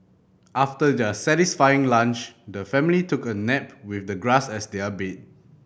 after their satisfying lunch the family took a nap with the grass as their bed